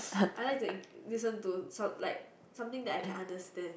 I like to eng~ listen to some like something that I can understand